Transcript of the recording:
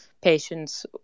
patients